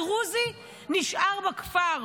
הדרוזי נשאר בכפר,